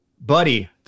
buddy